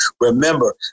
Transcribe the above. remember